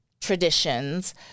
traditions